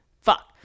Fuck